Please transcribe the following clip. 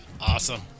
Awesome